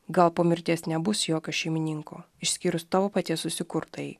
gal po mirties nebus jokio šeimininko išskyrus tavo paties susikurtajį